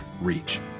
reach